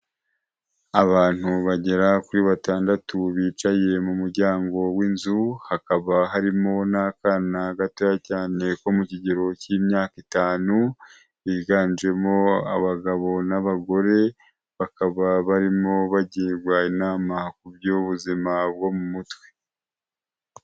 Abantu bagera kuri batandatu bicaye mu muryango w'inzu, hakaba harimo n'akana gatoya cyane ko mu kigero k'imyaka itanu, biganjemo abagabo n'abagore bakaba barimo bagirwa inama ku by'ubuzima bwo mu mutwe.